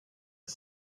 are